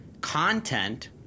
content